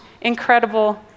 incredible